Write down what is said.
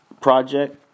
project